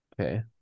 Okay